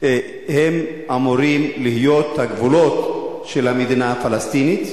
הם אמורים להיות הגבולות של המדינה הפלסטינית?